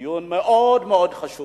דיון חשוב